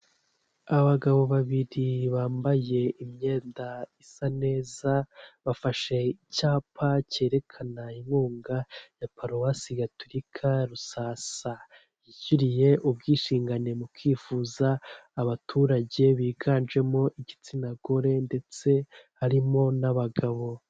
Abagabo babiri bambaye imyenda isa neza bafashe icyapa cyerekana inkunga ya paruwasi gatulika rusasa yishyuriye ubwisungane mu kwivu abaturage biganjemo igitsina gore ndetse harimo n'abagabo.